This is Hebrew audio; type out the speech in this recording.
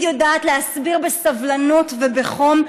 ותמיד יודעת להסביר בסבלנות ובחום,